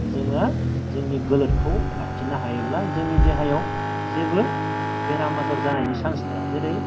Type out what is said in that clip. जोङो जोंनि गोलोथखौ लाखिनो हायोब्ला जोंनि देहायाव जेबो बेराम आजार जानायनि सान्स थाया जेरै